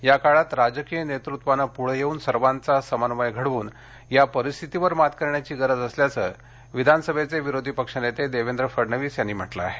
या काळात राजकीय नेतृत्वाने पुढे येवून सर्वांचा समन्वय घडवून या परिस्थितीवर मात करण्याची गरज असल्याचं विधानसभेचे विरोधी पक्षनेते देवेंद्र फडणवीस यांनी म्हटलं आहे